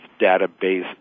database